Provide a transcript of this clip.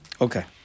Okay